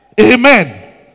Amen